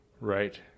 Right